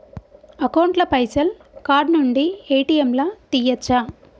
Account ల పైసల్ card నుండి ఏ.టి.ఎమ్ లా తియ్యచ్చా?